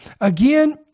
Again